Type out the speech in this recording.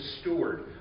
steward